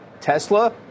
tesla